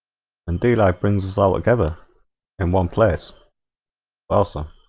and he likens altogether in one place also